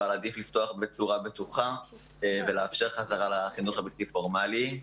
אבל עדיף לפתוח בצורה בטוחה ולאפשר חזרה לחינוך הבלתי פורמלי.